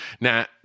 Now